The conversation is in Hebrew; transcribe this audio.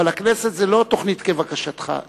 אבל הכנסת היא לא תוכנית כבקשתך.